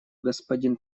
господин